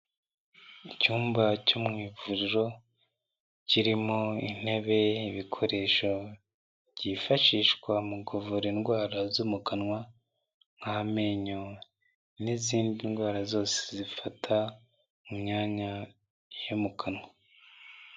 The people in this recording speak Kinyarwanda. Icyumba cyo mu ivuriro kirimo intebe, ibikoresho byifashishwa mu kuvura indwara zo mu kanwa nk'amenyo n'izindi ndwara zose zifata mu myanya yo mu kanwa.